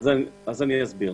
אסביר.